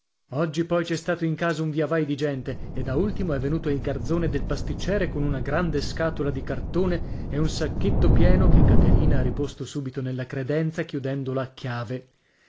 oggi poi c'è stato in casa un viavai di gente e da ultimo è venuto il garzone del pasticciere con una grande scatola di cartone e un sacchetto pieno che caterina ha riposto subito nella credenza chiudendola a chiave